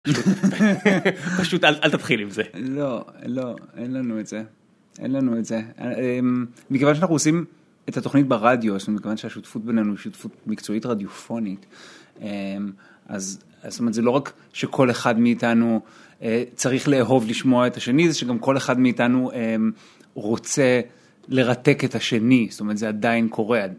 פשוט אל תתחיל עם זה, לא אין לנו את זה. אין לנו את זה, אין לנו את זה, מכיוון שאנחנו עושים את התוכנית ברדיו, מכיוון שהשותפות בינינו היא שותפות מקצועית רדיופונית. אז זאת אומרת זה לא רק שכל אחד מאיתנו צריך לאהוב לשמוע את השני, זה שגם כל אחד מאיתנו רוצה לרתק את השני, זאת אומרת זה עדיין קורה.